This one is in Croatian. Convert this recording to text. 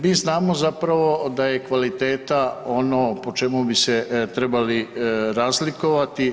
Mi znamo zapravo da je kvaliteta ono po čemu bi se trebali razlikovati.